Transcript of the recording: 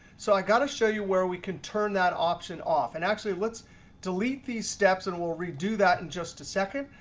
so i've got to show you where we can turn that option off. and actually let's delete delete these steps and we'll redo that in just a second.